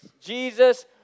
Jesus